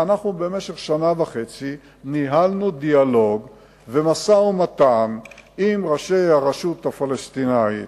במשך שנה וחצי ניהלנו דיאלוג ומשא-ומתן עם ראשי הרשות הפלסטינית,